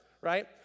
right